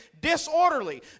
disorderly